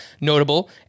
notable